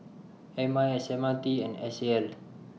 M I S M R T and S A L